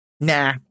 nah